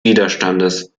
widerstandes